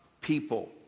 people